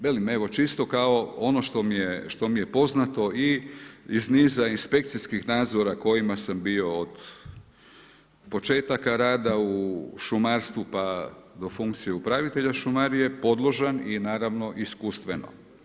Velim evo, čisto kao ono što mi je poznato i iz niza inspekcijskih nadzora kojima sam bio od početaka rada u šumarstvu pa do funkcije upravitelja šumarije podložan i naravno iskustveno.